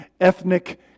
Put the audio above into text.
ethnic